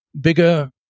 bigger